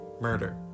murder